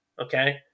okay